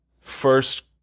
first